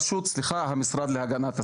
המשרד להגנת הסביבה.